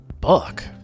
Buck